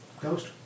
Ghost